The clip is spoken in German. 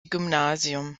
gymnasium